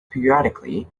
periodically